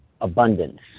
abundance